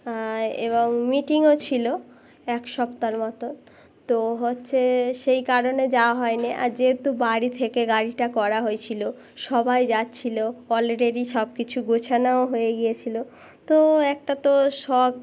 এবং মিটিংও ছিলো এক সপ্তাহর মতন তো হচ্ছে সেই কারণে যাওয়া হয় নি আর যেহেতু বাড়ি থেকে গাড়িটা করা হয়েছিলো সবাই যাচ্ছিলো অলরেডি সব কিছু গোছানও হয়ে গিয়েছিলো তো একটা তো শখ